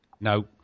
No